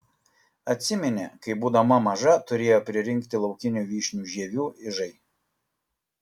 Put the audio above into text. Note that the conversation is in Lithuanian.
atsiminė kai būdama maža turėjo pririnkti laukinių vyšnių žievių ižai